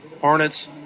Hornets